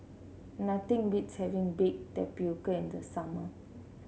nothing beats having Baked Tapioca in the summer